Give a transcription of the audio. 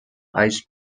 ice